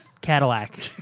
Cadillac